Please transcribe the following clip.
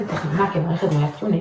מעצם תכנונה כמערכת דמוית יוניקס,